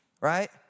Right